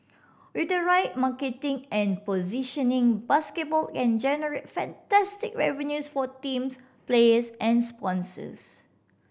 with the right marketing and positioning basketball can generate fantastic revenues for teams players and sponsors